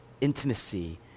intimacy